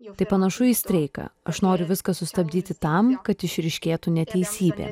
tai panašu į streiką aš noriu viską sustabdyti tam kad išryškėtų neteisybė